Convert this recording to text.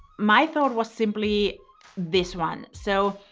my thought was simply this one. so,